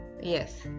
yes